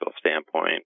standpoint